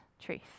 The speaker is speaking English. truth